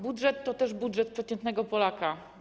Budżet to też budżet przeciętnego Polaka.